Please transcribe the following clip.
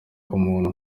k’umuntu